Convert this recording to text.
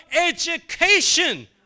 education